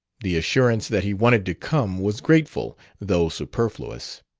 the assurance that he wanted to come was grateful, though superfluous